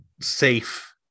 safe